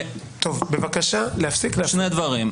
שני דברים.